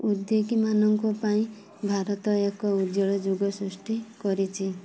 ଉଦ୍ୟୋଗୀମାନଙ୍କ ପାଇଁ ଭାରତ ଏକ ଉଜ୍ଜଳ ଯୁଗ ସୃଷ୍ଟି କରିଛି